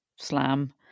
Slam